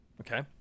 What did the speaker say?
Okay